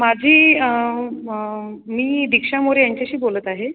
माझी मी दीक्षा मोरे यांच्याशी बोलत आहे